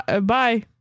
Bye